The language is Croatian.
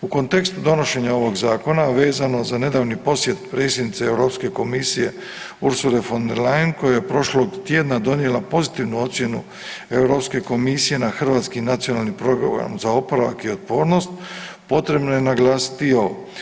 U kontekstu donošenja ovog zakona, a vezano za nedavni posjet predsjednice Europske komisije Ursule von der Leyen koja je prošlog tjedna donijela pozitivnu ocjenu Europske komisije na hrvatski Nacionalni program za oporavak i otpornost, potrebno je naglasiti i ovo.